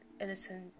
innocent